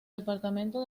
departamento